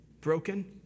Broken